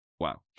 wow